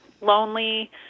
lonely